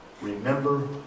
remember